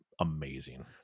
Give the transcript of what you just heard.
amazing